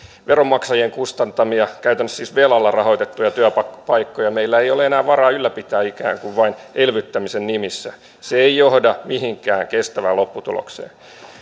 veronmaksajien kustantamia käytännössä siis velalla rahoitettuja työpaikkoja meillä ei ole enää varaa ylläpitää ikään kuin vain elvyttämisen nimissä se ei johda mihinkään kestävään lopputulokseen